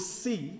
see